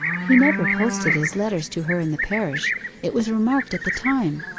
he never posted his letters to her in the parish it was remarked at the time.